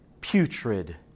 putrid